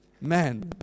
Man